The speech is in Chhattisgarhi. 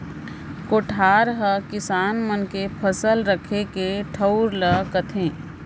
कोठार हकिसान मन के फसल रखे के ठउर ल कथें